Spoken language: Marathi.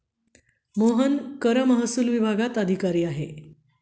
मोहन कर महसूल विभागात अधिकारी आहे